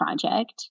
project